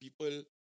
people